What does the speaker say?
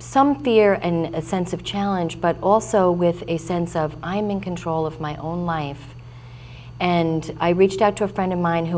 some year and a sense of challenge but also with a sense of i'm in control of my own life and i reached out to a friend of mine who